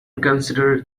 considered